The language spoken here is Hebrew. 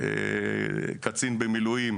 לאחר מותו?